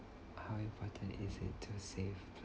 what thing is it to save